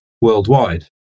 worldwide